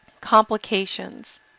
Complications